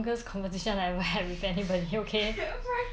keep you occupied just continue what do you think so